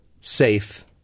safe